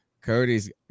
Cody's